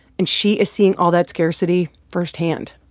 and she is seeing all that scarcity firsthand.